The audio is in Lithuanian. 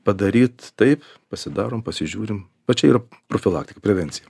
padaryt taip pasidarom pasižiūrim va čia yra profilaktikai prevencijai